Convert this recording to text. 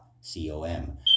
C-O-M